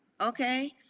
okay